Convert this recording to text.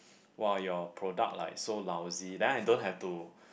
!wah! your product like so lousy then I don't have to